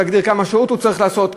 תגדיר כמה שעות הוא צריך לעשות,